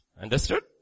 Understood